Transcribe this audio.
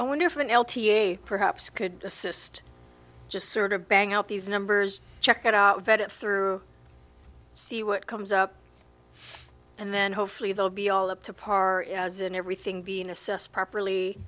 i wonder if an l t a perhaps could assist just sort of bang out these numbers check it out vet it through see what comes up and then hopefully they'll be all up to par as in everything being assessed properly